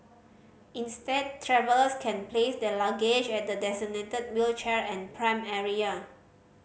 instead travellers can place their luggage at the designated wheelchair and pram area